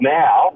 now